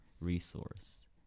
resource